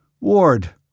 Ward